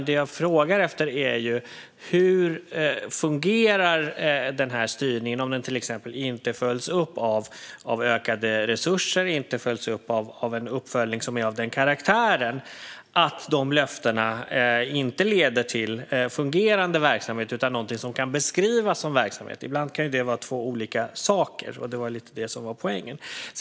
Det jag frågar efter är hur den här styrningen fungerar om den inte följs upp med till exempel ökade resurser och det inte görs en uppföljning som är av karaktären att löftena inte leder till fungerande verksamheter utan någonting som kan beskrivas som verksamhet - ibland kan det vara två olika saker, och det var lite det som var poängen.